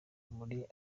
muri